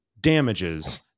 damages